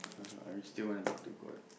I still want to talk to god